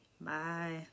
bye